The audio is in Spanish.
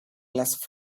las